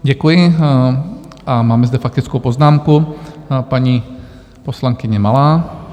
Děkuji, a mám zde faktickou poznámku, paní poslankyně Malá.